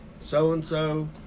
so-and-so